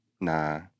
Nah